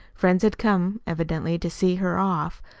friends had come evidently to see her off,